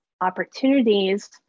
opportunities